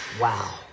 Wow